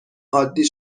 عادی